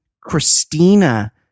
christina